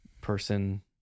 Person